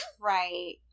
Right